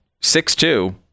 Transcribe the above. six-two